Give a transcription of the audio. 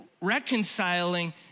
reconciling